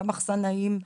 גם מחסנאים,